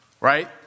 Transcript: right